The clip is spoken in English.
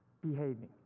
behaving